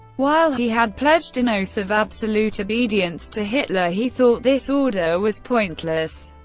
while he had pledged an oath of absolute obedience to hitler, he thought this order was pointless,